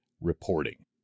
reporting